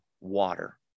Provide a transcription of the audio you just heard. water